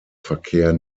verkehr